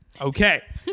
Okay